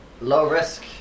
low-risk